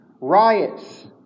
riots